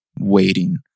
waiting